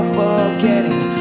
forgetting